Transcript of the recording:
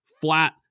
Flat